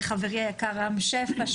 חברי היקר רם שפע,